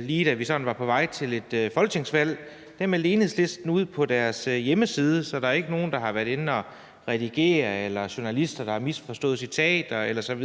lige da vi sådan var på vej til et folketingsvalg. Der meldte Enhedslisten noget ud på deres egen hjemmeside, så der er ikke nogen, der har været inde at redigere, eller journalister, der har misforstået citater osv.